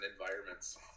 environments